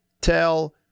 tell